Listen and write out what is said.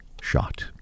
shot